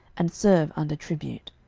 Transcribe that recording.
and serve under tribute.